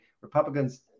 Republicans